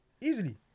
Easily